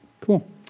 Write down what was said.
Cool